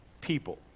people